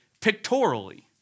pictorially